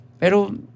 Pero